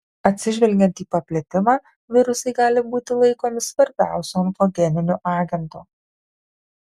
atsižvelgiant į paplitimą virusai gali būti laikomi svarbiausiu onkogeniniu agentu